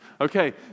Okay